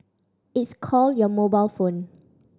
it's called your mobile phone